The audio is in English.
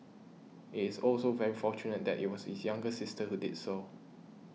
it is also very fortunate that it was his younger sister who did so